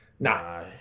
Nah